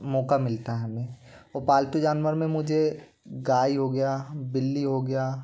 मौक़ा मिलता है हमें और पालतू जानवर में मुझे गाय हो गया बिली हो गया